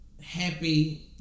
happy